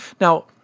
Now